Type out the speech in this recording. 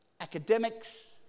academics